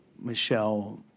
Michelle